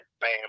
Bam